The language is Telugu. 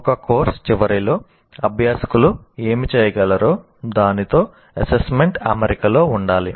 ఒక కోర్సు చివరిలో అభ్యాసకులు ఏమి చేయగలరో దానితో అసెస్మెంట్ అమరికలో ఉండాలి